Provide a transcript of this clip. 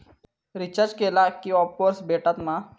Recharge केला की offers भेटात मा?